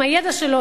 עם הידע שלו,